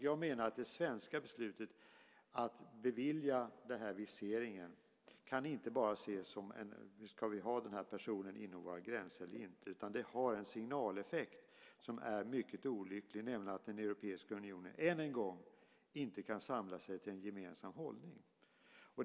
Jag menar att det svenska beslutet att bevilja den här viseringen inte bara kan ses som en fråga om vi ska vi ha den här personen inom våra gränser, utan det har en signaleffekt som är mycket olycklig, nämligen att den europeiska unionen än en gång inte kan samla sig till en gemensam hållning.